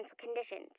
conditions